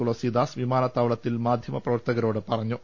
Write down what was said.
തുളസീദാസ് വിമാനത്താവളത്തിൽ മാധ്യമപ്രവർത്തകരോട് പറഞ്ഞു